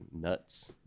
nuts